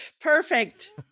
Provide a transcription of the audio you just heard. Perfect